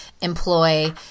employ